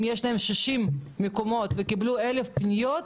אם יש להם 60 מקומות והם קיבלו 1,000 פניות,